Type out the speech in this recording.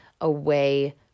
away